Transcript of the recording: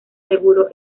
seguro